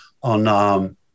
on